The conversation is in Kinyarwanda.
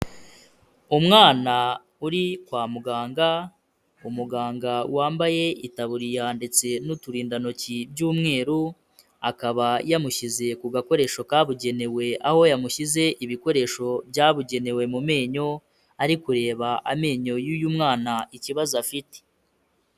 Umwana uri kwa muganga, umuganga wambaye itaburiya ndetse n'uturindantoki by'umweru, akaba yamushyize ku gakoresho kabugenewe aho yamushyize ibikoresho byabugenewe mu menyo, ari kureba amenyo y'uyu mwana ikibazo afite.